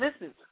Listen